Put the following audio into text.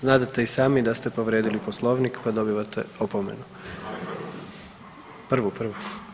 Znadete i sami da ste povrijedili Poslovnik pa dobivate opomenu. ... [[Upadica se ne čuje.]] Prvu, prvu.